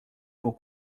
pour